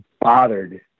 bothered